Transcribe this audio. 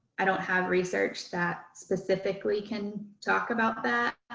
i don't have research that specifically can talk about that.